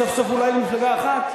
סוף-סוף אולי יהיו מפלגה אחת,